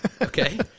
Okay